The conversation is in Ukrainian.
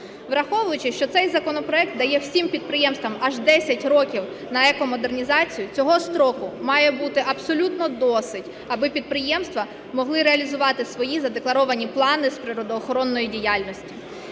Враховуючи, що цей законопроект дає всім підприємствам аж 10 років на екомодернізацію, цього строку має бути абсолютно досить, аби підприємства могли реалізувати свої задекларовані плани з природоохоронної діяльності.